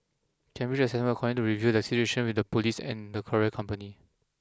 Cambridge Assessment will continue to review the situation with the police and the courier company